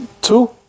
Two